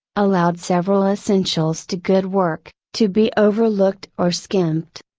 allowed several essentials to good work, to be overlooked or skimped.